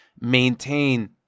maintain